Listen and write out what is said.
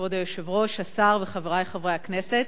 כבוד היושב-ראש, השר וחברי חברי הכנסת,